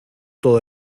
todo